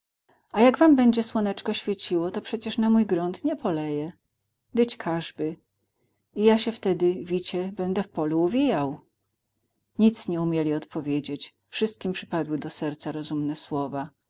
a jak wam bedzie słoneczko świeciło to przecie na mój grunt nie poleje dyć każ by i ja sie wtedy wicie będę w polu uwijał nic nie umieli odpowiedzieć wszystkim przypadały do serca rozumne słowa